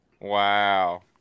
Wow